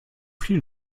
viel